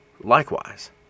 Likewise